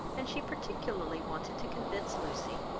and she particularly wanted to convince lucy,